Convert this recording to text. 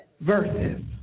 verses